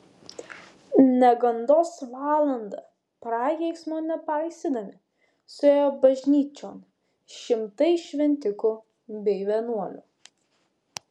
negandos valandą prakeiksmo nepaisydami suėjo bažnyčion šimtai šventikų bei vienuolių